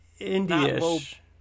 indie-ish